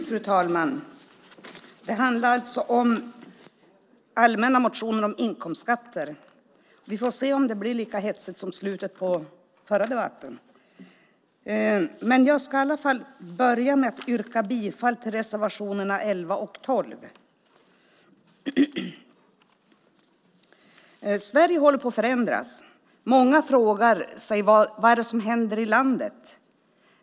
Fru talman! Detta handlar alltså om allmänna motioner om inkomstskatter. Vi får se om det blir lika hetsigt som slutet på förra debatten. Jag ska i alla fall börja med att yrka bifall till reservationerna 11 och 12. Sverige håller på att förändras. Många frågar sig vad som händer i landet.